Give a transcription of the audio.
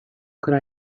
could